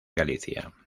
galicia